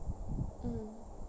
mm